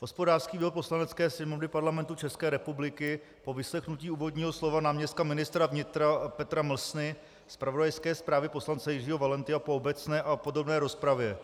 Hospodářský výbor Poslanecké sněmovny Parlamentu České republiky po vyslechnutí úvodního slova náměstka ministra vnitra Petra Mlsny, zpravodajské zprávy poslance Jiřího Valenty a po obecné a podrobné rozpravě